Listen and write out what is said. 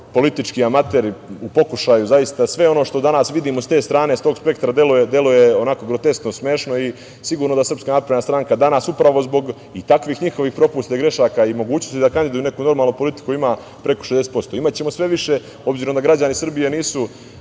politički amater u pokušaju. Sve ono što danas vidimo s te strane, s tog spektra deluje onako groteskno smešno i sigurno da SNS danas upravo zbog takvih njihovih propusta i grešaka i mogućnosti da kandiduju neku normalnu politiku ima preko 60%.Imaćemo i sve više obzirom da građani Srbije nisu